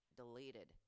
deleted